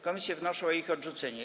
Komisje wnoszą o ich odrzucenie.